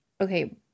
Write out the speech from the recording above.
Okay